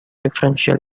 differential